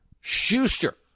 Schuster